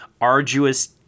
arduous